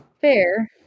Fair